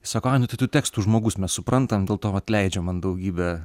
sako ai nu tai tu tekstų žmogus mes suprantam dėl to vat leidžia man daugybę